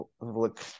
look